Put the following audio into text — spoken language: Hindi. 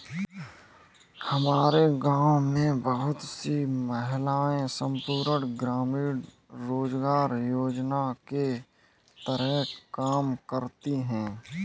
हमारे गांव में बहुत सी महिलाएं संपूर्ण ग्रामीण रोजगार योजना के तहत काम करती हैं